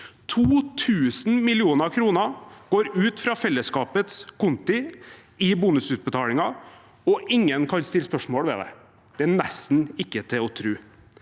2 000 mill. kr går ut fra fellesskapets konti i bonusutbetalinger, og ingen kan stille spørsmål ved det. Det er nesten ikke til å tro.